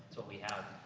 but we have.